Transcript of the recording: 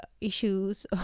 issues